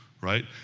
right